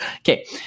Okay